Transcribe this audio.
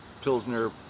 Pilsner